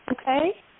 Okay